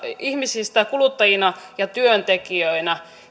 ihmisistä kuluttajina ja työntekijöinä